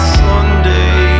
sunday